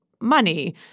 money